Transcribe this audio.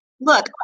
look